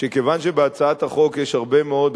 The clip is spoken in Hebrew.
כיוון שבהצעת החוק יש הרבה מאוד,